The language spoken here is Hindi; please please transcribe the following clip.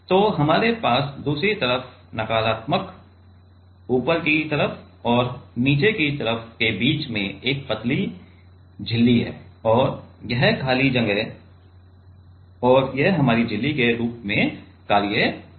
तो हमारे पास दूसरी तरफ नकारात्मक ऊपर की तरफ और नीचे की तरफ के बीच में एक पतली झिल्ली है और यह खाली जगह और यह हमारी झिल्ली के रूप में कार्य करेगी